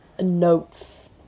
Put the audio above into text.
notes